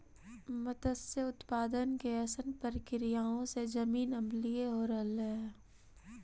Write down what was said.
मत्स्य उत्पादन के अइसन प्रक्रियाओं से जमीन अम्लीय हो रहलई हे